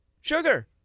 sugar